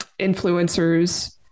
Influencers